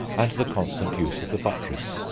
and the constant use of the buttress.